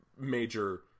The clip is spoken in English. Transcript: major